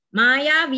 maya